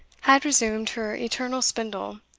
had resumed her eternal spindle,